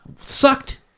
Sucked